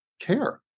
care